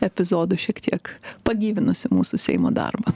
epizodu šiek tiek pagyvinusiu mūsų seimo darbą